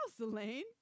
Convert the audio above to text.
Elaine